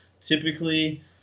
typically